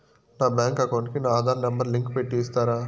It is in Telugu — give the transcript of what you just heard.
నా బ్యాంకు అకౌంట్ కు నా ఆధార్ నెంబర్ లింకు పెట్టి ఇస్తారా?